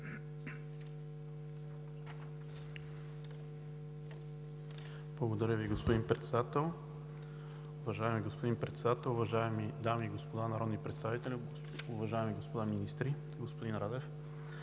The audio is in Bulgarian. Благодаря Ви, господин Председател. Уважаеми господин Председател, уважаеми дами и господа народни представители, уважаеми господа министри, господин Радев!